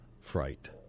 fright